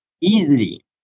Easily